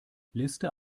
liste